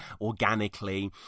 organically